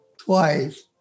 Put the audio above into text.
twice